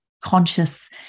conscious